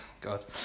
God